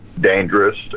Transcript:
dangerous